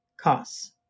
costs